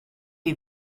est